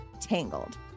Tangled